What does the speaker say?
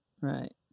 Right